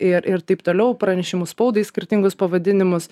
ir ir taip toliau pranešimu spaudai skirtingus pavadinimus